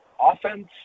offense